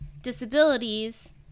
disabilities